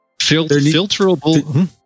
Filterable